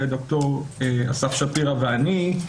ד"ר אסף שפירא ואני,